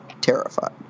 terrified